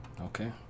okay